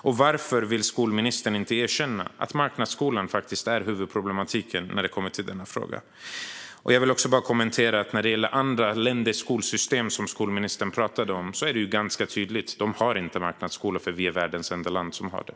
Och varför vill skolministern inte erkänna att marknadsskolan faktiskt är huvudproblemet när det gäller denna fråga? När det gäller andra länders skolsystem, som skolministern talade om, vill jag bara kommentera att det är ganska tydligt; de har inte marknadsskolor. Vi är det enda landet i världen som har det.